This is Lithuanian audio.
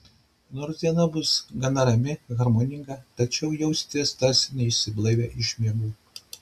nors diena bus gana rami harmoninga tačiau jausitės tarsi neišsiblaivę iš miegų